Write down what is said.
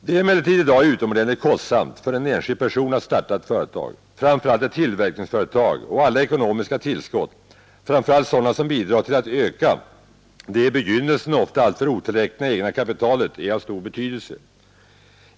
Det är emellertid i dag utomordentligt kostsamt för en enskild person att starta ett företag, framför allt ett tillverkningsföretag, och alla ekonomiska tillskott, framför allt sådana som bidrar till att öka det i begynnelsen oftast alltför otillräckliga egna kapitalet är av stor betydelse.